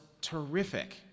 terrific